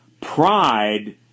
Pride